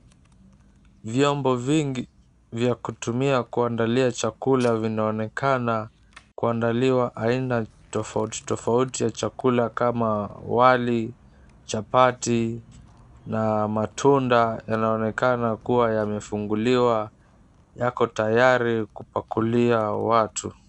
Vyombo vingi vya kutumia kuandalia vyakula vinaonekana kuandalia aina tofauti tofauti ya vyakula kama vile wali, chapati na matunda yanayoonekana kuwa yamefunguliwa yako tayari kupakulia watu.